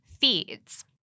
feeds